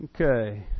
Okay